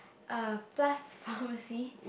uh plus pharmacy